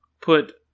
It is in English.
put